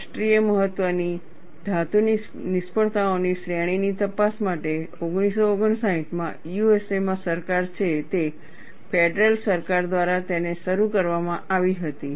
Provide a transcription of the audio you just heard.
રાષ્ટ્રીય મહત્વ ની ધાતુની નિષ્ફળતાઓની શ્રેણીની તપાસ માટે 1959માં USA માં સરકાર છે તે ફેડરલ સરકાર દ્વારા તેને શરૂ કરવામાં આવી હતી